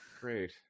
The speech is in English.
great